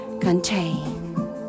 contain